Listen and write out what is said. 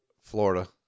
Florida